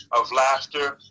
of laughter,